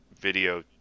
video